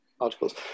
articles